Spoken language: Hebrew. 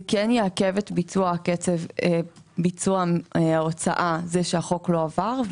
זה כן יעכב ביצוע ההוצאה, זה שהחוק לא עבר.